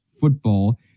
football